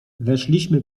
weszliśmy